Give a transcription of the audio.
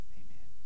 amen